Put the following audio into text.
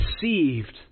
deceived